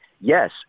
Yes